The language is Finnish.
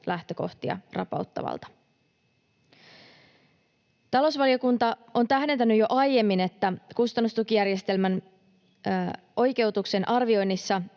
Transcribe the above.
lähtökohtia rapauttavalta. Talousvaliokunta on tähdentänyt jo aiemmin, että kustannustukijärjestelmän oikeutuksen arvioinnissa